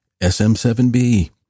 SM7B